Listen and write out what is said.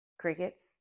crickets